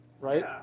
Right